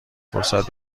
فرصت